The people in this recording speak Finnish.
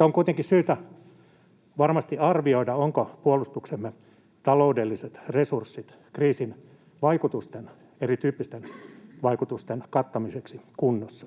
On kuitenkin syytä varmasti arvioida, ovatko puolustuksemme taloudelliset resurssit kriisin vaikutusten, erityyppisten vaikutusten, kattamiseksi kunnossa.